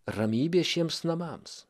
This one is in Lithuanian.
ramybė šiems namams